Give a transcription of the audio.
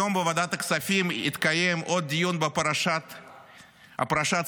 היום בוועדת הכספים התקיים עוד דיון בפרשת סלייס.